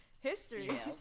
history